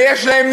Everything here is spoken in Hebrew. ויש להם,